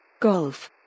Golf